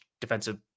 defensive